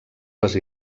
les